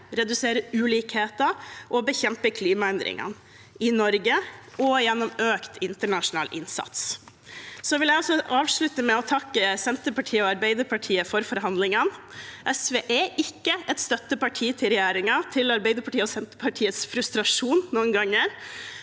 redusere ulikheter og bekjempe klimaendringene – i Norge og gjennom økt internasjonal innsats. Jeg vil avslutte med å takke Senterpartiet og Arbeiderpartiet for forhandlingene. SV er ikke et støtteparti til regjeringen – til Arbeiderpartiet og Senterpartiets frustrasjon, noen ganger